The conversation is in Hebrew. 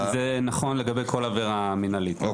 זה נכון לגבי כל עבירה מינהלית.